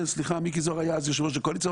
כן, מיקי זוהר היה אז יושב-ראש הקואליציה.